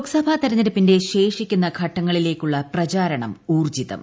ലോക്സഭാ തെരഞ്ഞെടുപ്പിന്റെ ശേഷിക്കുന്ന ഘട്ടങ്ങളിലേക്കുള്ള പ്രചാരണം ഊർജ്ജിതം